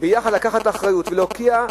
לקחת ביחד את האחריות ולהוקיע,